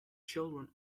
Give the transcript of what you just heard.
children